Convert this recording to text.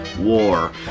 War